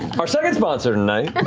our second sponsor tonight and